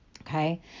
Okay